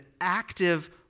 active